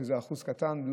שזה אחוז קטן,